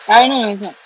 ah no no it's not